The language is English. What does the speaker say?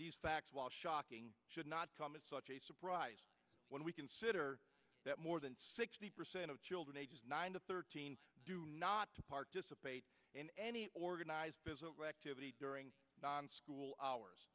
these facts while shocking should not come as such a surprise when we consider that more than sixty percent of children ages nine to thirteen do not to participate in any organized activity during school hours